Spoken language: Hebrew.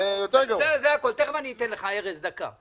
הרי גם בתבחינים שלכם לא כתוב: